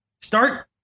Start